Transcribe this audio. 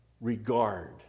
regard